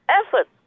effort